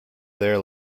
there